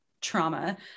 trauma